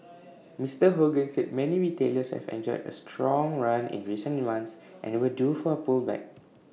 Mister Hogan said many retailers have enjoyed A strong run in recent months and were due for A pullback